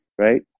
right